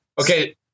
Okay